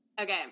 Okay